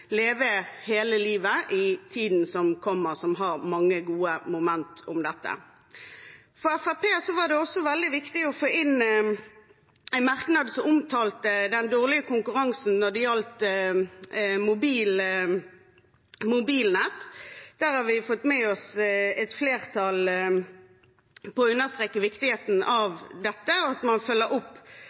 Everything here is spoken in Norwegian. Leve hele livet, som har mange gode momenter om dette. For Fremskrittspartiet var det også veldig viktig å få inn en merknad som omtalte den dårlige konkurransen når det gjaldt mobilnett. Vi har fått med oss et flertall på å understreke viktigheten av dette, og at man følger opp